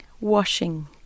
washing